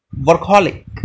Workaholic